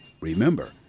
Remember